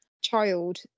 child